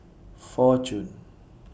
Fortune